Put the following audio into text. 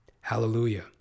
Hallelujah